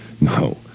No